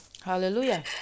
Hallelujah